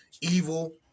evil